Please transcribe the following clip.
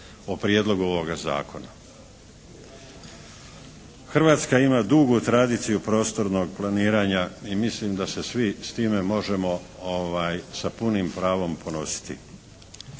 Hrvatska ima dugu tradiciju prostornog planiranja i mislim da se svi s time možemo sa punim pravom ponositi.